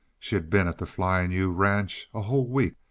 she had been at the flying u ranch a whole week,